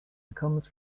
comes